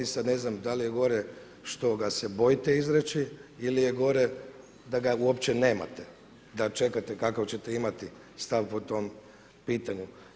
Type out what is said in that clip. Sada ne znam da li je gore što ga se bojite izreći ili je gore da ga uopće nemate, da čekate kakav ćete imati stav po tom pitanju.